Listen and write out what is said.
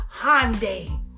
Hyundai